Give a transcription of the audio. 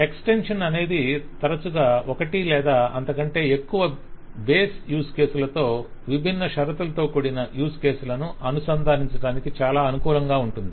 extension అనేది తరచుగా ఒకటి లేదా అంతకంటే ఎక్కువ బేస్ యూజ్ కేస్ లతో విభిన్న షరతులతో కూడిన యూజ్ కేసులను అనుసంధానించడానికి చాలా అనుకూలంగా ఉంటుంది